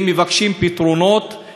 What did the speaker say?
הם מבקשים פתרונות,